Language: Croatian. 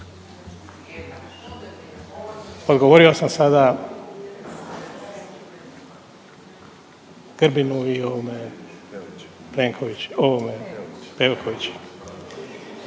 odgovorio sam sada Grbinu i ovome Plenkoviću